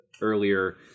earlier